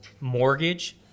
mortgage